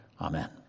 amen